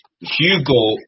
Hugo